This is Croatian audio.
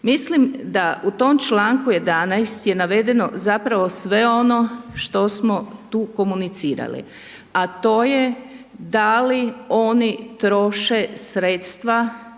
Mislim da u tom čl. 11 je navedeno zapravo sve ono što smo tu komunicirali, a to je da li oni troše sredstva